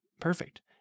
perfect